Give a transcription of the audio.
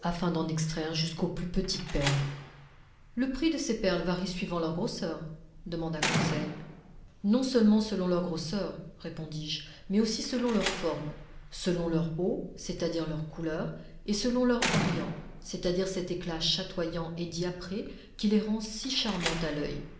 afin d'en extraire jusqu'aux plus petites perles le prix de ces perles varie suivant leur grosseur demanda conseil non seulement selon leur grosseur répondis-je mais aussi selon leur forme selon leur eau c'est-à-dire leur couleur et selon leur orient c'est-à-dire cet éclat chatoyant et diapré qui les rend si charmantes a l'oeil